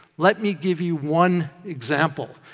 let me give you one example.